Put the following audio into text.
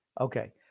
Okay